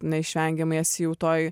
neišvengiamai esi jau toj